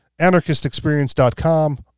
Anarchistexperience.com